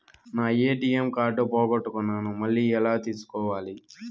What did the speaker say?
నా ATM card పోగొట్టుకున్నాను, మళ్ళీ ఎలా తీసుకోవాలి?